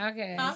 Okay